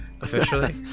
Officially